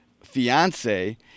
fiance